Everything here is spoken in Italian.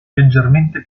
leggermente